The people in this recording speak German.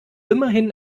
immerhin